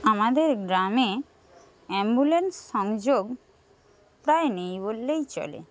আমাদের গ্রামে অ্যাম্বুলেন্স সংযোগ প্রায় নেই বললেই চলে